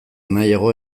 nahiago